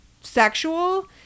sexual